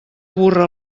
burra